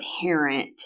parent